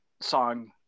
song